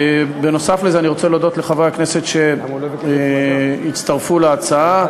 אני רוצה להודות לחברי הכנסת שהצטרפו להצעה.